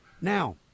Now